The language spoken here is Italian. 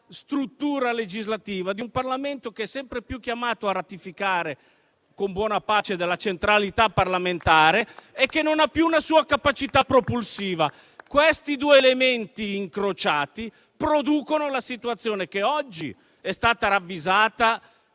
struttura legislativa di un Parlamento che è sempre più chiamato a ratificare, con buona pace della centralità parlamentare, e che non ha più una sua capacità propulsiva. Questi due elementi incrociati producono la situazione che oggi è stata ravvisata,